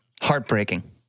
heartbreaking